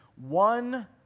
One